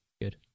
good